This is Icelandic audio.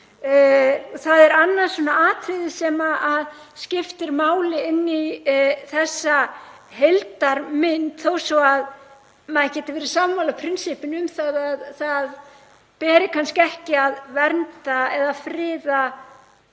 Það er annað atriði sem skiptir máli inni í þessari heildarmynd þó svo að maður geti verið sammála prinsippinu um að það beri kannski ekki að vernda eða friða